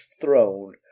throne